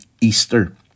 Easter